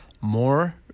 more